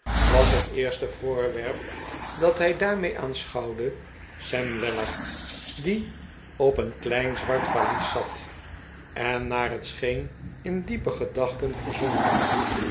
was het eerste voorwerp dat hij daarmee aanschouwde sam weller die op een klein zwart valies zat en naar het scheen in diepe gedachten verzonken